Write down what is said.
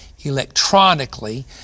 electronically